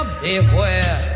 beware